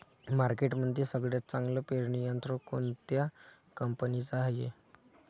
मार्केटमंदी सगळ्यात चांगलं पेरणी यंत्र कोनत्या कंपनीचं हाये?